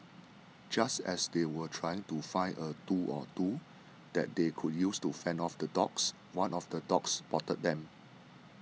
just as they were trying to find a tool or two that they could use to fend off the dogs one of the dogs spotted them